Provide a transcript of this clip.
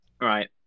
right